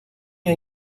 hay